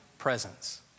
presence